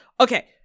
Okay